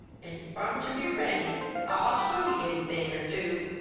an' ye want ter be ready i'll show ye a thing or two!